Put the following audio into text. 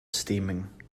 steaming